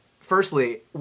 firstly